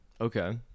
Okay